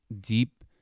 deep